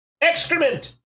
Excrement